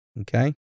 Okay